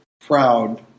proud